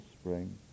spring